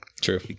True